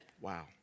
Wow